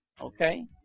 Okay